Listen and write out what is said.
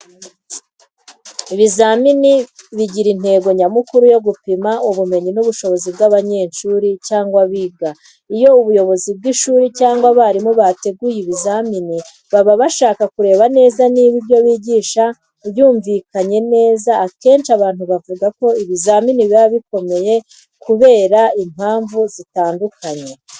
Ibizamini bigira intego nyamukuru yo gupima ubumenyi n’ubushobozi bw’abanyeshuri cyangwa abiga. Iyo ubuyobozi bw’ishuri cyangwa abarimu bateguye ibizamini, baba bashaka kureba neza niba ibyo bigishije byumvikanye neza. Akenshi abantu bavuga ko ibizamini biba bikomeye kubera impamvu zitandukanye.